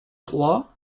trois